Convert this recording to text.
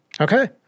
Okay